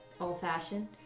old-fashioned